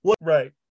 Right